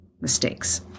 mistakes